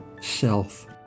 self